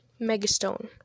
megastone